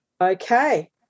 Okay